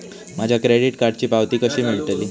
माझ्या क्रेडीट कार्डची पावती कशी मिळतली?